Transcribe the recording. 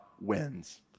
wins